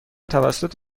توسط